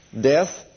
death